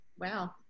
Wow